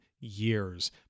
years